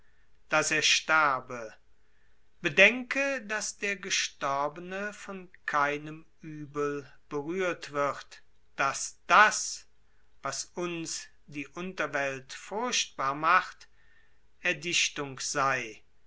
daß er sterbe bedenke daß der gestorbene von keinem uebel berührt wird daß das was und die unterwelt furchtbar macht erdichtung sei